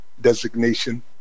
Designation